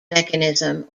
mechanism